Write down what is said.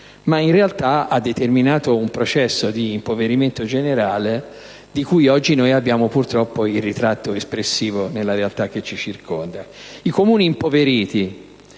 ma in realtà ha determinato un processo di impoverimento generale di cui oggi abbiamo purtroppo il ritratto espressivo nella realtà che ci circonda. Più di un collega